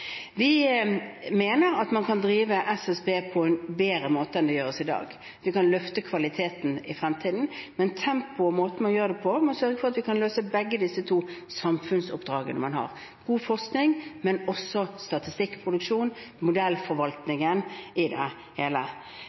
Vi mener at man kan drive SSB på en bedre måte enn det gjøres i dag. Vi kan løfte kvaliteten i fremtiden. Men tempoet og måten man gjør det på, må sørge for at vi kan løse begge disse to samfunnsoppdragene man har: god forskning, men også statistikkproduksjon – modellforvaltningen i det hele.